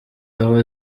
aho